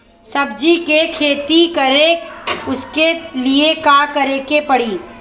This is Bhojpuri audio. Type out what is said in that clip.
सब्जी की खेती करें उसके लिए का करिके पड़ी?